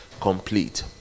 Complete